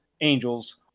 angels